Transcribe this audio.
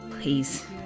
Please